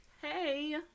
Hey